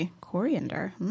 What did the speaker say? Coriander